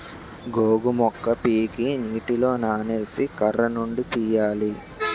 గోగు మొక్క పీకి నీటిలో నానేసి కర్రనుండి తీయాలి